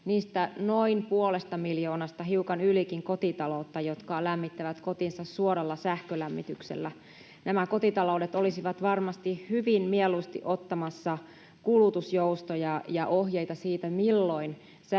niistä noin puolesta miljoonasta kotitaloudesta, hiukan ylikin, jotka lämmittävät kotinsa suoralla sähkölämmityksellä. Nämä kotitaloudet olisivat varmasti hyvin mieluusti ottamassa kulutusjoustoja ja ohjeita siitä, milloin sähköä